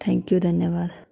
thank you धन्यबाद